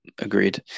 Agreed